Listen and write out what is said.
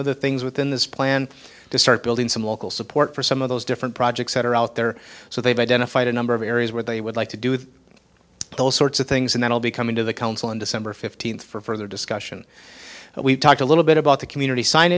of the things within this plan to start building some local support for some of those different projects that are out there so they've identified a number of areas where they would like to do with those sorts of things and that will be coming to the council on december fifteenth for further discussion and we've talked a little bit about the community sign